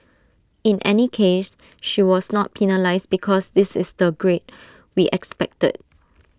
in any case she was not penalised because this is the grade we expected